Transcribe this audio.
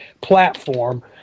platform